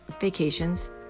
vacations